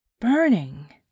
burning